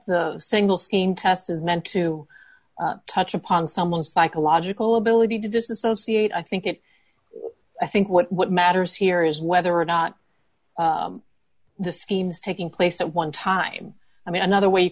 the single screen test is meant to touch upon someone's psychological ability to disassociate i think it i think what matters here is whether or not the schemes taking place at one time i mean another way you